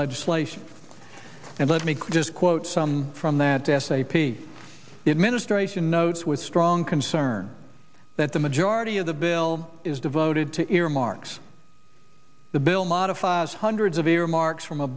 legislation and let me just quote some from that essay p the administration notes with strong concern that the majority of the bill is devoted to earmarks the bill modifies hundreds of earmarks from a